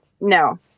No